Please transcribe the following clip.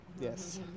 Yes